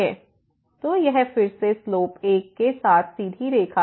तो यह फिर से स्लोप 1 के साथ सीधी रेखा है